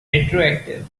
retroactive